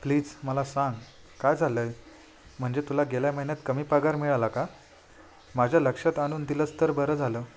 please मला सांग काय झालं आहे म्हणजे तुला गेल्या महिन्यात कमी पगार मिळाला का माझ्या लक्षात आणून दिलंस तर बरं झालं